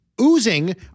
oozing